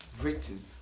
written